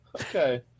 Okay